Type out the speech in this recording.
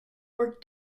work